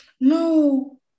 No